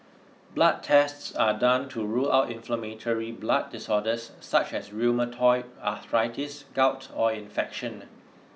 blood tests are done to rule out inflammatory blood disorders such as rheumatoid arthritis gout or infection